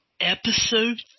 Episode